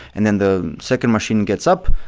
and then the second machine gets up,